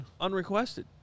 Unrequested